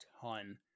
ton